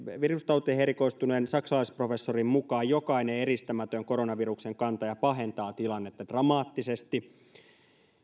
virustauteihin erikoistuneen saksalaisprofessorin mukaan jokainen eristämätön koronaviruksen kantaja pahentaa tilannetta dramaattisesti